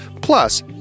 Plus